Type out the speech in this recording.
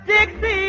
Dixie